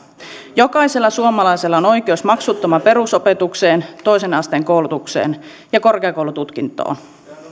jokaisella suomalaisella on oikeus maksuttomaan perusopetukseen toisen asteen koulutukseen ja korkeakoulututkintoon